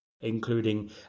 including